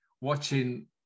watching